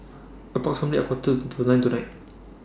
approximately A Quarter to nine tonight